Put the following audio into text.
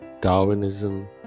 Darwinism